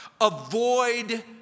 Avoid